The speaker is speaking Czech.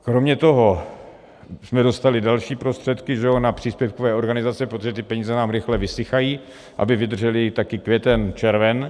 Kromě toho jsme dostali další prostředky na příspěvkové organizace, protože ty peníze nám rychle vysychají, aby vydržely taky květen, červen.